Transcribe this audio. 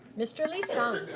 mr. lee-sung.